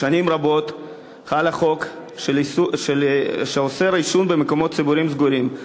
שנים רבות חל חוק שאוסר עישון במקומות ציבוריים סגורים.